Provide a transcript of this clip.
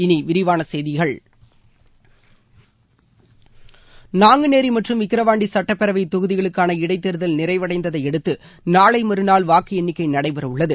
இனி விரிவான செய்திகள் நாங்குநேரி மற்றும் விக்கிரவாண்டி சட்டப்பேரவைத் தொகுதிகளுக்கான இடைத்தோதல் நிறைவடைந்ததையடுத்து நாளை மறுநாள் வாக்கு எண்ணிக்கை நடைபெற உள்ளது